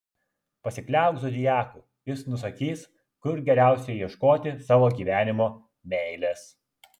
pasikliauk zodiaku jis nusakys kur geriausia ieškoti savo gyvenimo meilės